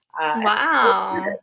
Wow